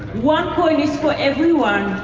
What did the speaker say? onecoin is for everyone,